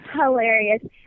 hilarious